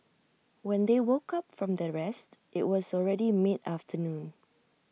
when they woke up from their rest IT was already mid afternoon